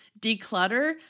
declutter